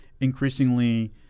increasingly